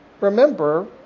remember